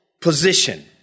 position